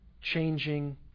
changing